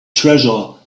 treasure